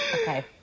Okay